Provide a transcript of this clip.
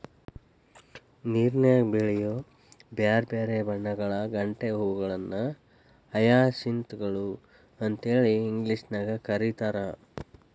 ನೇರನ್ಯಾಗ ಬೆಳಿಯೋ ಬ್ಯಾರ್ಬ್ಯಾರೇ ಬಣ್ಣಗಳ ಗಂಟೆ ಹೂಗಳನ್ನ ಹಯಸಿಂತ್ ಗಳು ಅಂತೇಳಿ ಇಂಗ್ಲೇಷನ್ಯಾಗ್ ಕರೇತಾರ